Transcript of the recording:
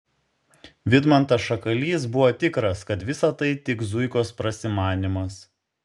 vidmantas šakalys buvo tikras kad visa tai tik zuikos prasimanymas